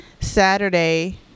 Saturday